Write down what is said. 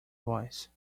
voice